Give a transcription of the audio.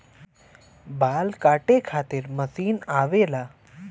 बाल काटे खातिर मशीन आवेला